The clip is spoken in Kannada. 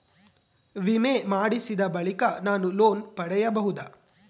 ವಿಮೆ ಮಾಡಿಸಿದ ಬಳಿಕ ನಾನು ಲೋನ್ ಪಡೆಯಬಹುದಾ?